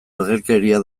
ergelkeria